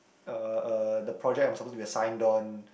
uh uh the project I'm supposed to be assigned on